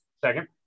Second